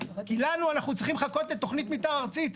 כי אנחנו צריכים לחכות לתוכנית מתאר ארצית.